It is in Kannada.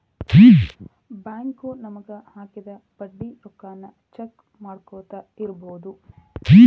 ಬ್ಯಾಂಕು ನಮಗ ಹಾಕಿದ ಬಡ್ಡಿ ರೊಕ್ಕಾನ ಚೆಕ್ ಮಾಡ್ಕೊತ್ ಇರ್ಬೊದು